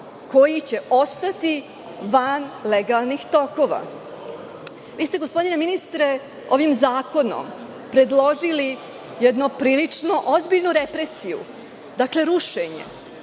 koji će ostati van legalnih tokova. Gospodine ministre, vi ste ovim zakonom predložili jednu prilično ozbiljnu represiju, rušenje.